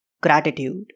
gratitude